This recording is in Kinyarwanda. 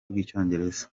rw’icyongereza